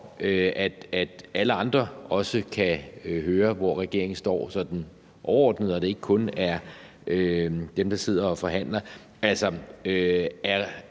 at alle andre også kan høre, hvor regeringen står sådan overordnet, og det ikke kun er dem, der sidder og forhandler: